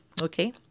Okay